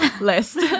list